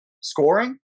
scoring